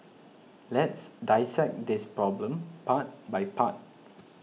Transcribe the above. let's dissect this problem part by part